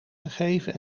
gegeven